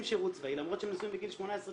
שירות צבאי למרות שהם נשואים בגיל 18,